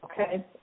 Okay